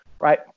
right